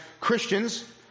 Christians